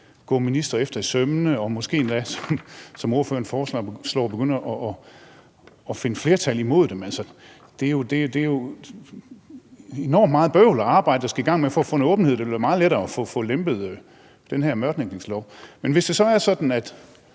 gå ministre efter i sømmene og måske endda, som ordføreren foreslår, begynde at finde flertal imod dem. Det giver jo enormt meget bøvl, og det er meget arbejde, man skal i gang med, for at få en åbenhed. Det ville være meget lettere at få lempet den her mørklægningslov. Men hvis det er sådan, at